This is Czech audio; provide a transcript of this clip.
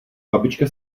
babička